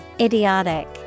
Idiotic